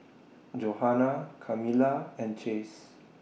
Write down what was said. Johana Kamila and Chase